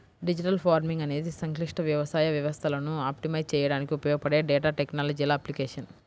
digital farming అనేది సంక్లిష్ట వ్యవసాయ వ్యవస్థలను ఆప్టిమైజ్ చేయడానికి ఉపయోగపడే డేటా టెక్నాలజీల అప్లికేషన్